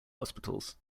hospitals